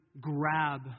grab